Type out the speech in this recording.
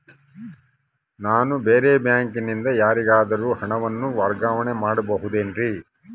ನಾನು ಬೇರೆ ಬ್ಯಾಂಕಿನಿಂದ ಯಾರಿಗಾದರೂ ಹಣವನ್ನು ವರ್ಗಾವಣೆ ಮಾಡಬಹುದೇನ್ರಿ?